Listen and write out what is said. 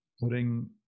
putting